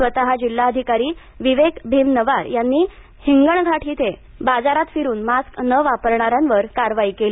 स्वतः जिल्हाधिकारी विवेक भीमनवार यांनी हिंगणघाट इथे बाजारात फिरून मास्क न वापरणाऱ्यांवर कारवाई केली